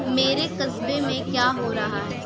میرے قصبے میں کیا ہو رہا ہے